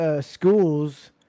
schools